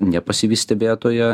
nepasyvi stebėtoja